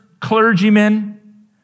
clergymen